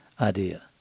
idea